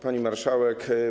Pani Marszałek!